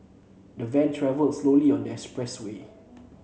the van travelled slowly on the expressway